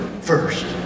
first